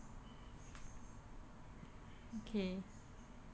okay